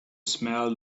smell